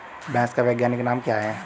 भैंस का वैज्ञानिक नाम क्या है?